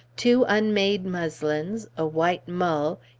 two unmade muslins, a white mull,